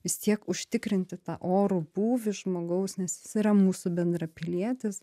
vis tiek užtikrinti tą orų būvį žmogaus nes jis yra mūsų bendrapilietis